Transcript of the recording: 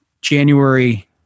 January